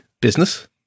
business